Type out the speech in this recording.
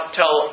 tell